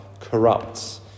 corrupts